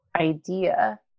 idea